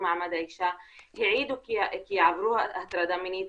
מעמד האישה העידו כי עברו הטרדה מינית,